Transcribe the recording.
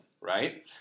right